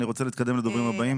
אני רוצה להתקדם לדוברים הבאים.